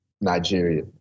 Nigeria